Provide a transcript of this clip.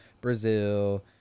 Brazil